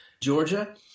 Georgia